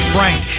Frank